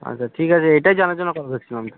আচ্ছা ঠিক আছে এটাই জানার জন্য কল করছিলাম